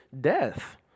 death